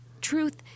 truth